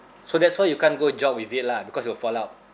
so that's why you can't go jog with it lah because it will fall out